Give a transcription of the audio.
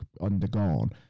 undergone